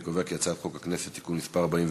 אני קובע כי הצעת חוק הכנסת (תיקון מס' 41)